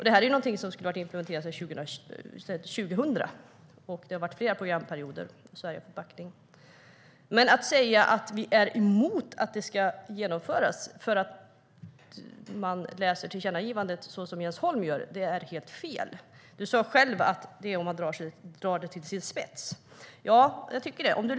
Detta är någonting som skulle ha varit implementerat redan 2000. Det har varit flera programperioder, och Sverige har fått backning. Men att som Jens Holm säga att vi är emot att det ska genomföras för att man läser tillkännagivandet som han gör är helt fel. Du sa själv att det gäller om man drar det hela till sin spets. Ja, det tycker jag.